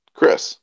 Chris